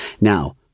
Now